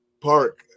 park